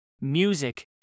music